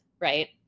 right